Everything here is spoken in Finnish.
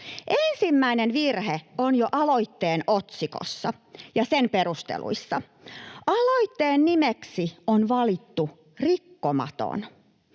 Ensimmäinen virhe on jo aloitteen otsikossa ja sen perusteluissa. Aloitteen nimeksi on valittu ”Rikkomaton”,